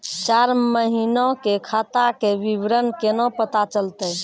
चार महिना के खाता के विवरण केना पता चलतै?